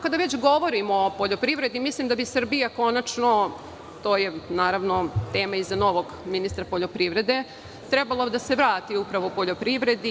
Kada već govorimo o poljoprivredi, mislim da bi Srbija konačno, to je tema i za novog ministra poljoprivrede, trebalo da se vrati upravo poljoprivredi.